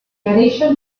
addition